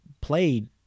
played